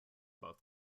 both